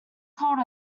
cold